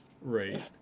right